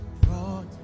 brought